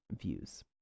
views